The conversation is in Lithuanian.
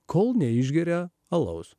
kol neišgeria alaus